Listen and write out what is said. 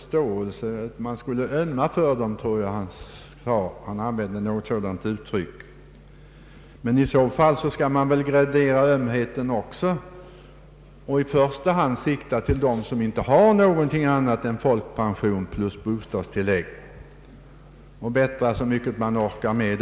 Skall man tänka på folkpensionärerna över huvud, bör man i så fall gradera ömheten och i första hand sikta till dem som inte har någon annan förmån än folkpension och bostadstilllägg och bättra på dessa så mycket man orkar med.